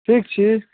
ठीक छी